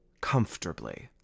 comfortably